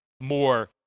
more